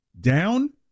Down